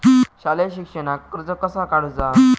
शालेय शिक्षणाक कर्ज कसा काढूचा?